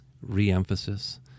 re-emphasis